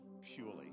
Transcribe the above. purely